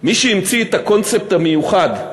מי שהמציא את הקונספט המיוחד,